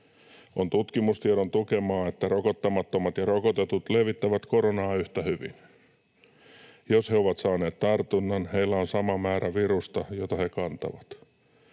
On tutkimustiedon tukemaa, että rokottamattomat ja rokotetut levittävät koronaa yhtä hyvin. Jos he ovat saaneet tartunnan, heillä on sama määrä virusta, jota he kantavat.